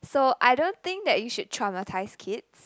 so I don't think that you should traumatize kids